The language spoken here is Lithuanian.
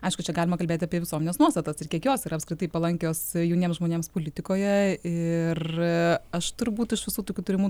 aišku čia galima kalbėti apie visuomenės nuostatas ir kiek jos yra apskritai palankios jauniems žmonėms politikoje ir aš turbūt iš visų tokių turimų